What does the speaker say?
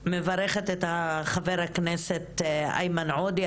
אני מברכת את חה"כ איימן עודה,